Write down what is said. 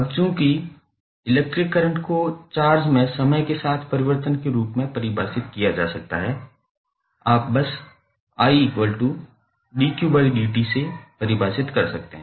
अब चूंकि electric current को चार्ज में समय के साथ परिवर्तन के रूप में परिभाषित किया जा सकता है आप बस से परिभाषित कर सकते हैं